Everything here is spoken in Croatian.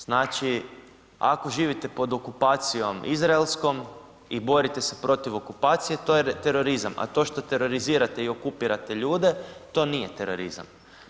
Znači, ako živite pod okupacijom izraelskom i borite se protiv okupacije to je terorizam, a to što terorizirate i okupirate ljude to nije terorizam.